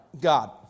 God